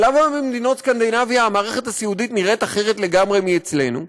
אבל למה במדינות סקנדינביה המערכת הסיעודית נראית אחרת לגמרי מאצלנו?